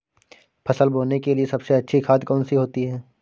फसल बोने के लिए सबसे अच्छी खाद कौन सी होती है?